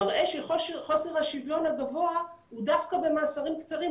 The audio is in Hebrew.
מראה שחוסר השוויון הגבוה הוא דווקא במאסרים קצרים,